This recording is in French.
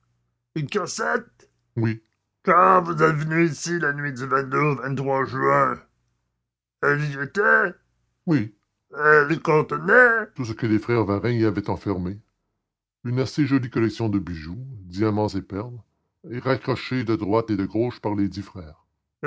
une cassette oui quand vous êtes venu ici la nuit du au juin elle y était oui elle contenait tout ce que les frères varin y avaient enfermé une assez jolie collection de bijoux diamants et perles raccrochés de droite et de gauche par lesdits frères